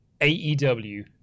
AEW